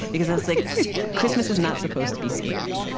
because i was like christmas is not supposed to be scary.